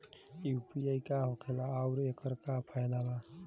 UPI का होखेला आउर एकर का फायदा बा?